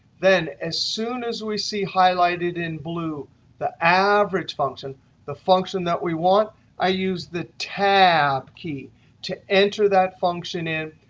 then, as soon as we see highlighted in blue the average function the function that we want i use the tab key to enter that function in,